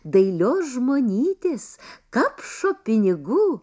dailios žmonytės kapšo pinigų